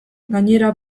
gainera